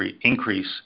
increase